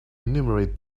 enumerate